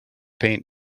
paint